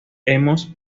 hemos